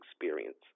experience